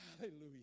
Hallelujah